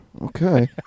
Okay